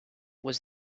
was